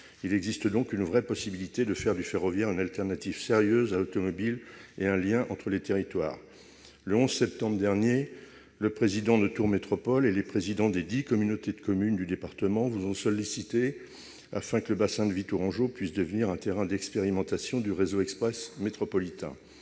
Il existe donc une véritable possibilité de faire du ferroviaire une solution sérieuse de remplacement de l'automobile et un lien entre les territoires. Le 11 septembre dernier, le président de Tours Métropole et les présidents des dix communautés de communes du département vous ont sollicité afin que le bassin de vie tourangeau puisse devenir un terrain d'expérimentation du réseau express métropolitain.